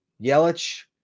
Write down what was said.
Yelich